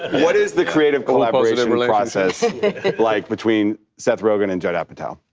what is the creative collaboration process like between seth rogen and judd apatow?